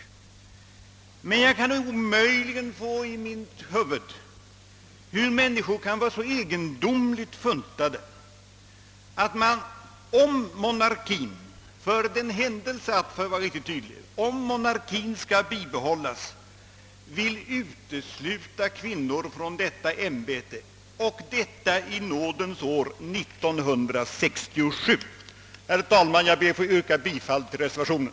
Däremot kan jag omöjligen få i mitt huvud, att människor kan vara så egendomligt funtade att de, för den händelse man skulle bibehålla monarkien, vill utesluta kvinnor från detta ämbete — och det i nådens år 1967! Herr talman, jag ber att få yrka bifall till reservationen.